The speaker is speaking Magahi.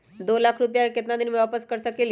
दो लाख रुपया के केतना दिन में वापस कर सकेली?